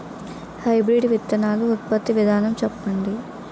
Hybrid విత్తనాలు ఉత్పత్తి విధానం చెప్పండి?